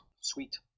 sweet